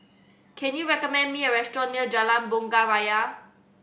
can you recommend me a restaurant near Jalan Bunga Raya